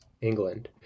England